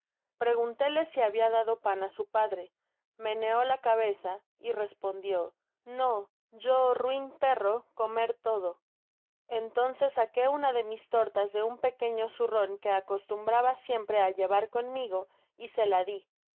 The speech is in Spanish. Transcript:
preguntéle si habia dado pan á su padre meneó la cabeza y respondió no yo rain perro comer todo entonces saque una de mis tortas de un pequeño zurron que acostumbraba siempre á llevar conmigo y se la di